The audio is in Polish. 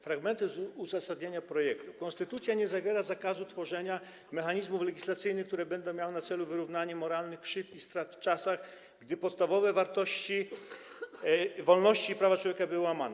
Fragmenty z uzasadnienia projektu: Konstytucja nie zawiera zakazu tworzenia mechanizmów legislacyjnych, które będą miały na celu wyrównanie moralnych krzywd i strat w czasach, gdy podstawowe wolności i prawa człowieka były łamane.